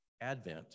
Advent